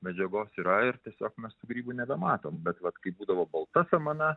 medžiagos yra ir tiesiog mes tų grybų nebematom bet vat kai būdavo balta samana